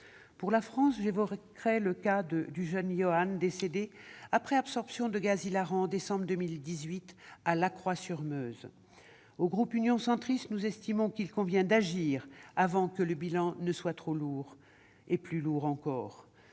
Pour la France, j'évoquerai le cas du jeune Yohan, qui est décédé après absorption de gaz hilarant au mois de décembre 2018 à Lacroix-sur-Meuse. Au sein du groupe Union Centriste, nous estimons qu'il convient d'agir avant que le bilan ne soit plus lourd encore.